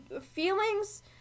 feelings